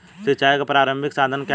सिंचाई का प्रारंभिक साधन क्या है?